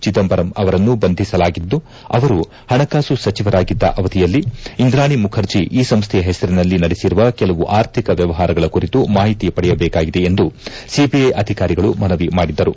ಚಿದಂಬರಂ ಅವರನ್ನು ಬಂಧಿಸಲಾಗಿದ್ದು ಅವರು ಹಣಕಾಸು ಸಚಿವರಾಗಿದ್ದ ಅವಧಿಯಲ್ಲಿ ಇಂದ್ರಾಣಿ ಮುಖರ್ಜಿ ಈ ಸಂಸ್ಥೆಯ ಹೆಸರಿನಲ್ಲಿ ನಡೆಸಿರುವ ಕೆಲವು ಆರ್ಥಿಕ ವ್ಯವಹಾರಗಳ ಕುರಿತು ಮಾಹಿತಿ ಪಡೆಯಬೇಕಾಗಿದೆ ಎಂದು ಸಿಬಿಐ ಅಧಿಕಾರಿಗಳು ಮನವಿ ಮಾಡಿದ್ದರು